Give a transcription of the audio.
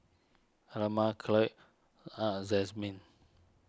Almer Khloe and Jazmine